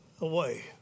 away